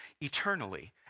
eternally